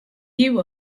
you